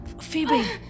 Phoebe